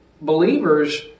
believers